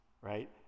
right